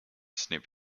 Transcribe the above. snoop